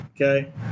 okay